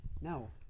No